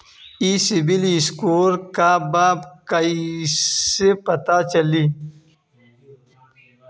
ई civil score का बा कइसे पता चली?